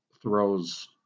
throws